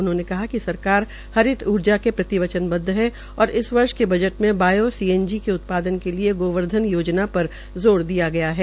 उन्होंने कहा कि सरकार हरित ऊर्जा के प्रति वचनबद्ध है और और इस वर्ष के बजट में बायो सीएनजी के उत्पादन के लिए गोवर्धन योजना पर जोर दिया गया है